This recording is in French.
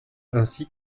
ainsi